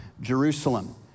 Jerusalem